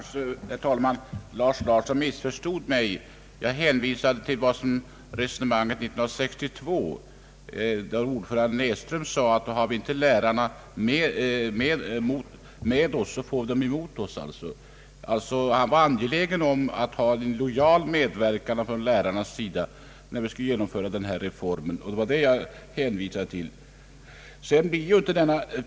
Herr talman! Herr Lars Larsson kanske missförstod mig. Jag hänvisade till resonemanget 1962, då ordföranden Näsström sade att om inte lärarna var med i skolstyrelserna, så fick man dem emot sig. Han var alltså angelägen om en lojal medverkan från lärarnas sida vid genomförandet av denna reform. Det var det jag hänvisade till.